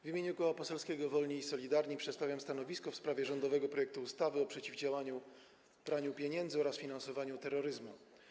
W imieniu Koła Poselskiego Wolni i Solidarni przedstawiam stanowisko w sprawie rządowego projektu ustawy o przeciwdziałaniu praniu pieniędzy oraz finansowaniu terroryzmu.